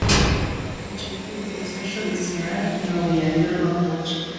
tačiau kai kuriose šalyse neujami ir lapuočiai